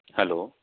hello